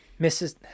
Mrs.-